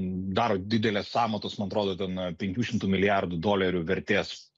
daro didelės sąmatos man atrodo ten penkių šimtų milijardų dolerių vertės